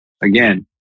again